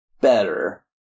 better